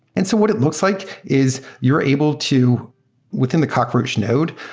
and so what it looks like is you are able to within the cockroach node,